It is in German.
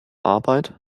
arbeit